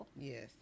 Yes